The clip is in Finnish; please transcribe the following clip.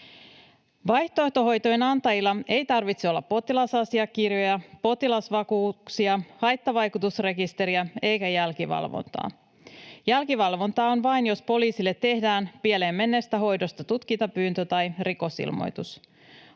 Vaihtoehtohoitojen antajilla ei tarvitse olla potilasasiakirjoja, potilasvakuutuksia, haittavaikutusrekisteriä eikä jälkivalvontaa. Jälkivalvontaa on vain, jos poliisille tehdään pieleen menneestä hoidosta tutkintapyyntö tai rikosilmoitus.